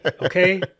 okay